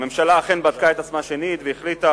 הממשלה אכן בדקה את עצמה שנית והחליטה